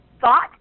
thought